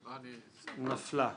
נפלה.